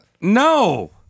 No